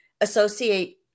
associate